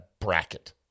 bracket